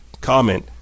comment